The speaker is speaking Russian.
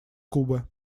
кубы